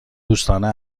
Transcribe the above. دوستانه